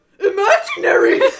Imaginary